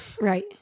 Right